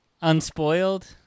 Unspoiled